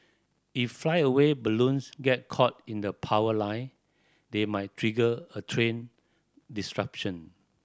if flyaway balloons get caught in the power line they might trigger a train disruption